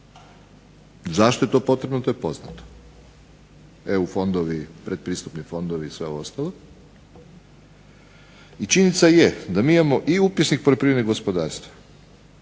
Zašto je to potrebno to je poznato. EU fondovi, pretpristupni fondovi i sve ovo ostalo. I činjenica je da mi imamo i upisnik poljoprivrednih gospodarstva,